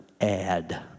add